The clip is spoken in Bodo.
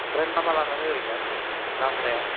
ओमफ्राय मा मा लानाङो ओरैनो ना हमनायाव